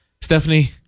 stephanie